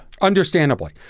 understandably